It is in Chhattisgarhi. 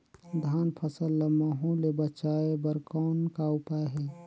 धान फसल ल महू ले बचाय बर कौन का उपाय हे?